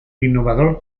innovador